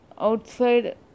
Outside